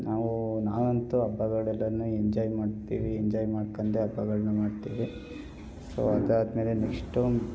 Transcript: ನಾವು ನಾವಂತೂ ಹಬ್ಬಗಳದನ್ನು ಎಂಜಾಯ್ ಮಾಡ್ತೀವಿ ಎಂಜಾಯ್ ಮಾಡ್ಕೊಂಡೆ ಹಬ್ಬಗಳನ್ನ ಮಾಡ್ತೀವಿ ಸೊ ಅದಾದ್ಮೇಲೆ ನೆಕ್ಸ್ಟು